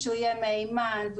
שיהיה מהימן,